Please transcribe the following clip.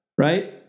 Right